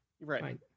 right